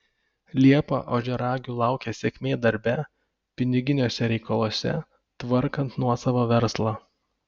liepą ožiaragių laukia sėkmė darbe piniginiuose reikaluose tvarkant nuosavą verslą